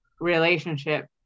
relationship